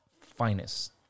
finest